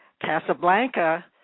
Casablanca